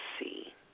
see